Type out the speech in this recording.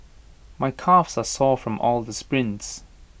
my calves are sore from all the sprints